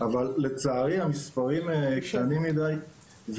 קטנים מדיי.